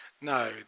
No